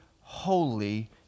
holy